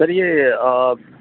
سر یہ